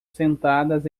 sentadas